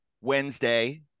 wednesday